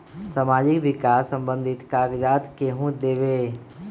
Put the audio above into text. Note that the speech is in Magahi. समाजीक विकास संबंधित कागज़ात केहु देबे?